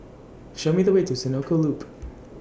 Show Me The Way to Senoko Loop